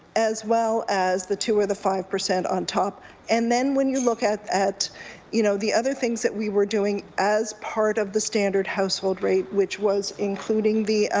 as well as the two of the five percent on top and then when you look at, you know, the other things that we were doing as part of the standard household rate which was including the